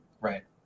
Right